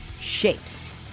Shapes